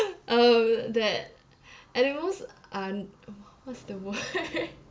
uh that animals are what's the word